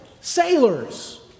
Sailors